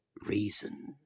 reason